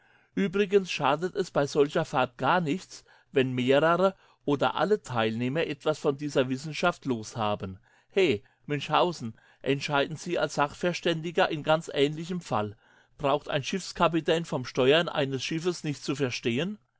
übrigens schadet es bei solcher fahrt gar nichts wenn mehrere oder alle teilnehmer etwas von dieser wissenschaft los haben he münchhausen entscheiden sie als sachverständiger in ganz ähnlichem fall braucht ein schiffskapitän vom steuern eines schiffes nichts zu verstehen